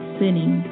sinning